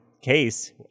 case